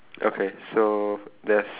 okay so there's